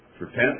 repent